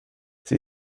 sie